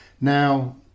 now